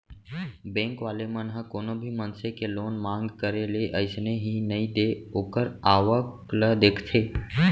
bank वाले मन ह कोनो भी मनसे के लोन मांग करे ले अइसने ही नइ दे ओखर आवक ल देखथे